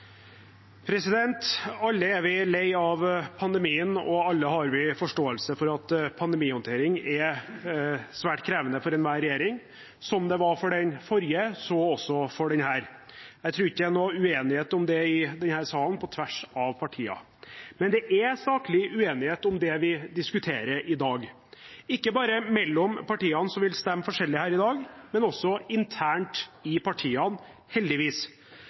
alle har vi forståelse for at pandemihåndtering er svært krevende for enhver regjering – som det var for den forrige, så også for denne. Jeg tror ikke det er noen uenighet om det i denne salen på tvers av partiene. Men det er saklig uenighet om det vi diskuterer i dag, ikke bare mellom partiene som vil stemme forskjellig her i dag, men også internt i partiene – heldigvis,